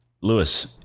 lewis